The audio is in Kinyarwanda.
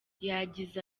yagize